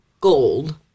Gold